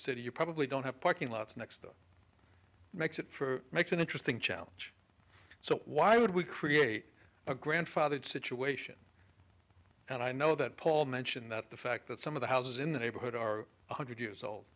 city you probably don't have parking lots next makes it for makes an interesting challenge so why would we create a grandfathered situation and i know that paul mentioned that the fact that some of the houses in the neighborhood are one hundred years old